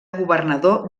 governador